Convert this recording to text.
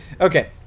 Okay